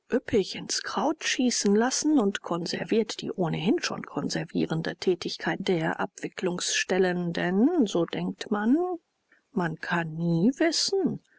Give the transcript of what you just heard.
üppig ins kraut schießen lassen und konserviert die ohnehin schon konservierende tätigkeit der abwicklungsstellen denn so denkt man man kann nie wissen